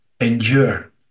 endure